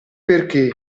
perché